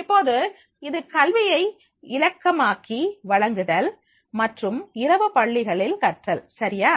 இப்பொழுது இது கல்வியை இலக்கமாக்கி வழங்குதல் மற்றும் இரவு பள்ளிகளில் கற்றல் சரியா